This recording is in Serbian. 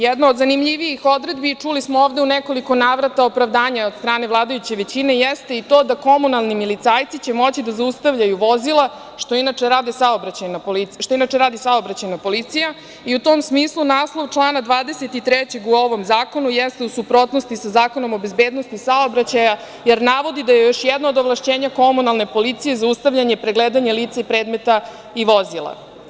Jedna od zanimljivijih odredbi je, čuli smo ovde u nekoliko navrata, opravdanje od strane vladajuće većine jeste i to da komunalni milicajci će moći da zaustavljaju vozila, što inače radi saobraćajna policija i u tom smislu naslov člana 23. u ovom zakonu jeste u suprotnosti sa Zakonom o bezbednosti saobraćaja, jer navodi da je još jedno od ovlašćenja komunalne policije zaustavljanje, pregledanje lica, predmeta i vozila.